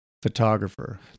Photographer